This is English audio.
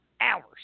hours